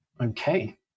Okay